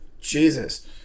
Jesus